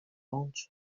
болчу